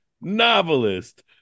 novelist